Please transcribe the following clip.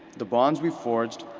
the bonds we've forged,